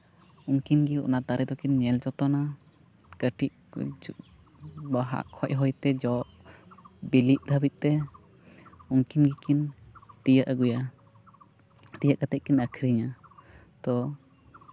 ᱩᱱᱠᱤᱱ ᱜᱮ ᱚᱱᱟ ᱫᱟᱨᱮ ᱫᱚᱠᱤᱱ ᱧᱮᱞ ᱡᱚᱛᱚᱱᱟ ᱠᱟᱹᱴᱤᱡ ᱵᱟᱦᱟ ᱠᱷᱚᱡ ᱦᱚᱭᱛᱮ ᱡᱚ ᱵᱤᱞᱤᱜ ᱫᱷᱟᱹᱵᱤᱡᱛᱮ ᱩᱱᱠᱤᱱ ᱜᱮᱠᱤᱱ ᱛᱤᱭᱟᱹᱜ ᱟᱹᱜᱩᱭᱟ ᱛᱤᱭᱳᱜ ᱠᱟᱛᱮᱫ ᱠᱤᱱ ᱟᱹᱠᱷᱨᱤᱧᱟ ᱛᱳ